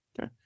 Okay